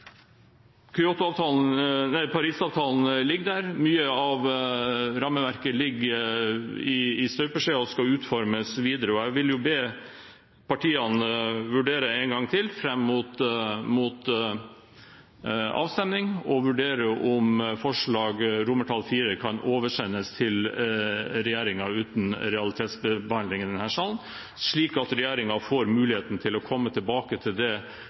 ligger der, mye av rammeverket ligger i støpeskjeen og skal utformes videre, og jeg vil be partiene vurdere en gang til fram mot votering om IV kan oversendes regjeringen uten realitetsbehandling i denne salen, slik at regjeringen får muligheten til å komme tilbake til det forslaget og det spørsmålet i forbindelse med det kommende statsbudsjettet. I rekken av klimasaker denne våren er dette den viktigste. Det